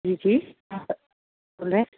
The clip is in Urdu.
جی بول رہے ہیں